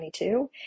2022